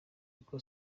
niko